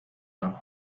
the